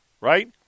right